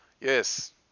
Yes